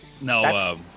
No